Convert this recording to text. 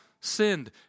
sinned